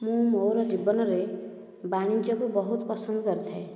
ମୁଁ ମୋର ଜୀବନରେ ବାଣିଜ୍ୟକୁ ବହୁତ ପସନ୍ଦ କରିଥାଏ